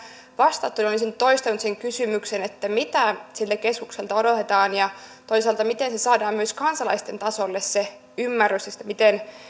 vastattu niin olisin toistanut kysymyksen mitä siltä keskukselta odotetaan ja toisaalta miten saadaan myös kansalaisten tasolle se ymmärrys että miten